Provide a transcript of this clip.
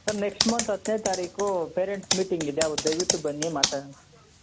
sir next month ಹತ್ತನೇ ತಾರೀಕು parents meeting ಇದೆ ಅವತ್ತು ದಯವಿಟ್ಟು ಬನ್ನಿ ಮಾತಾಡೋಣ